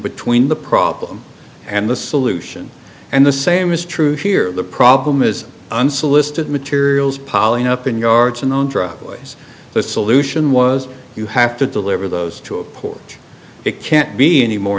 between the problem and the solution and the same is true here the problem is unsolicited materials poly up in yards and on drug ways the solution was you have to deliver those to a porch it can't be any more